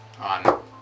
on